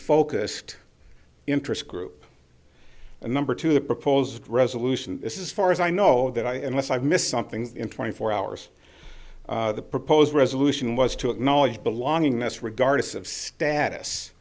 focused interest group and number two the proposed resolution this is far as i know that i and less i've missed something in twenty four hours the proposed resolution was to acknowledge belongingness regardless of status